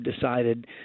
decided